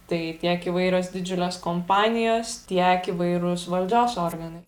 tai tiek įvairios didžiulės kompanijos tiek įvairūs valdžios organai